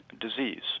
disease